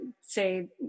say